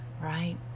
right